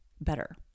better